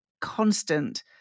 constant